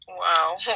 Wow